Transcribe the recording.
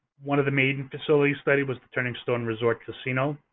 one of the maiden facilities studied was the turning stone resort casino.